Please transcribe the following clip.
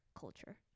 culture